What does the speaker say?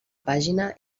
pàgina